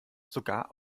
sogar